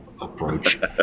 approach